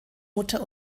mutter